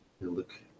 look